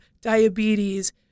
diabetes